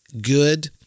good